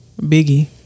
Biggie